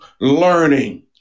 learning